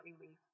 relief